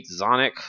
Zonic